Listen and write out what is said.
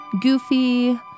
Goofy